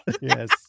Yes